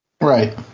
Right